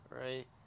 Right